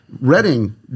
Reading